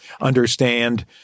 understand